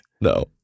no